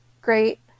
great